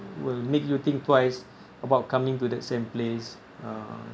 will make you think twice about coming to that same place uh